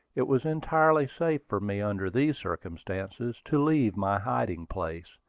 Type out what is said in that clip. it was entirely safe for me under these circumstances to leave my hiding-place,